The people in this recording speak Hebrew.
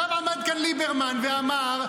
עכשיו עמד כאן ליברמן ואמר: